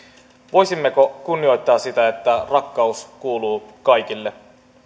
voisimmeko kunnioittaa sitä että rakkaus kuuluu kaikille